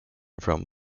from